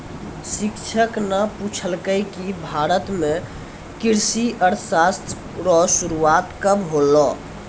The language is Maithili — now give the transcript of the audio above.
शिक्षक न पूछलकै कि भारत म कृषि अर्थशास्त्र रो शुरूआत कब होलौ